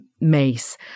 Mace